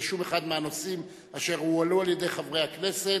מהנושאים אשר הועלו על-ידי חברי הכנסת.